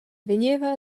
vegneva